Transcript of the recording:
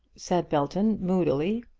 said belton moodily.